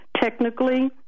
technically